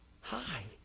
Hi